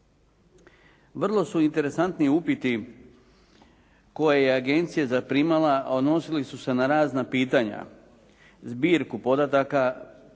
Vrlo su interesantni upiti koje je agencija zaprimala, a odnosili su se na razna pitanja, zbirku podataka,